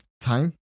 Time